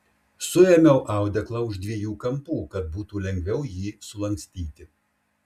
suėmiau audeklą už dviejų kampų kad būtų lengviau jį sulankstyti